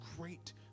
great